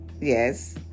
Yes